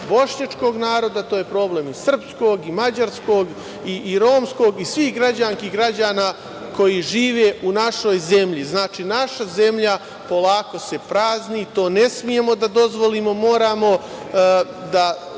bošnjačkog naroda, to je problem i srpskog i mađarskog i romskog i svih građanski i građana koji žive u našoj zemlji. Znači, naša se zemlja se polako prazni. To ne smemo da dozvolimo. Moramo da